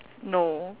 no